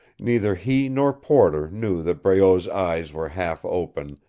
neither he nor porter knew that breault's eyes were half open,